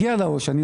הפיקדונות.